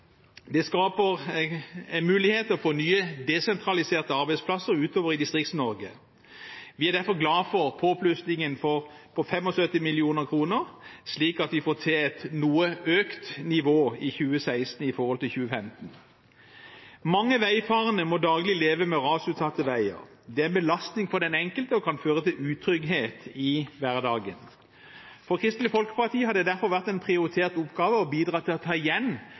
Det skaper en mulighet til å få nye desentraliserte arbeidsplasser utover i Distrikts-Norge. Vi er derfor glade for påplussingen på 75 mill. kr, slik at vi får til et noe økt nivå i 2016 i forhold til i 2015. Mange veifarende må daglig leve med rasutsatte veier. Det er en belastning for den enkelte, og kan føre til utrygghet i hverdagen. For Kristelig Folkeparti har det derfor vært en prioritert oppgave å bidra til å ta igjen